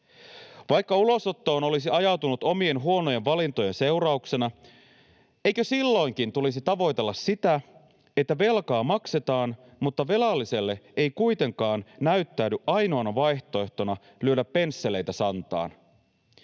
Vaikka ulosottoon olisi ajautunut omien huonojen valintojen seurauksena, eikö silloinkin tulisi tavoitella sitä, että velkaa maksetaan mutta velalliselle ei kuitenkaan näyttäydy ainoana vaihtoehtona lyödä pensseleitä santaan?